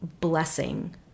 blessing